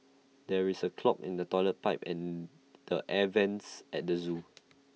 there is A clog in the Toilet Pipe and the air Vents at the Zoo